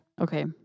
Okay